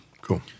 Cool